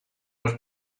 los